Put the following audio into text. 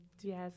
Yes